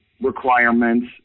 requirements